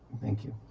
thank you.